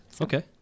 Okay